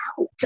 out